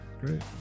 great